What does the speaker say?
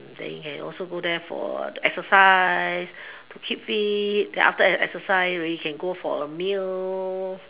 then you can also go there for exercise to keep fit then after exercise already can go for a meal